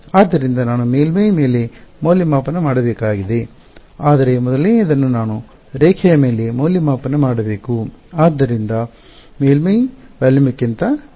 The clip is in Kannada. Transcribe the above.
ಆದ್ದರಿಂದ ನಾನು ಮೇಲ್ಮೈ ಮೇಲೆ ಮೌಲ್ಯಮಾಪನ ಮಾಡಬೇಕಾಗಿದೆ ಆದರೆ ಮೊದಲನೆಯದನ್ನು ನಾನು ರೇಖೆಯ ಮೇಲೆ ಮೌಲ್ಯಮಾಪನ ಮಾಡಬೇಕು ಆದ್ದರಿಂದ ಮೇಲ್ಮೈ ಪರಿಮಾಣಕ್ಕಿಂತ ವ್ಯಾಲ್ಯುಮ್ ಕ್ಕಿಂತ ವೇಗವಾಗಿರುತ್ತದೆ